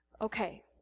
Okay